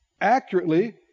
Accurately